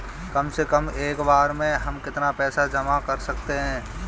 कम से कम एक बार में हम कितना पैसा जमा कर सकते हैं?